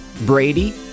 Brady